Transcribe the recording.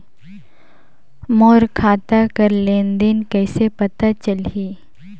मोर खाता कर लेन देन कइसे पता चलही?